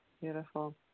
beautiful